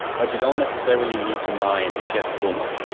but you don't necessarily need to mine if you have a full node.